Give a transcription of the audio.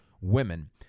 women